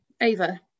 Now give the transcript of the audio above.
Ava